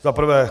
Za prvé.